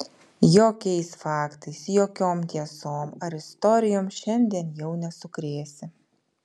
jokiais faktais jokiom tiesom ar istorijom šiandien jau nesukrėsi